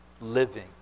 living